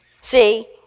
see